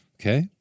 Okay